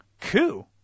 coup